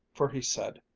for he said,